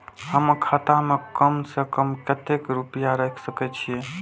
हम खाता में कम से कम कतेक रुपया रख सके छिए?